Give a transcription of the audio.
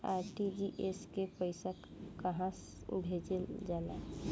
RTGS से पइसा कहे भेजल जाला?